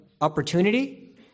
opportunity